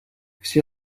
все